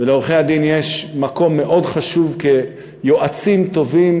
ולעורכי-הדין יש מקום מאוד חשוב כיועצים טובים